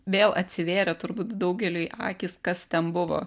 vėl atsivėrė turbūt daugeliui akys kas ten buvo